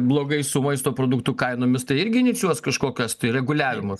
blogai su maisto produktų kainomis tai irgi inicijuos kažkokias reguliavimus